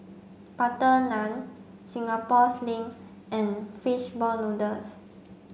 butter naan Singapore sling and fish ball noodles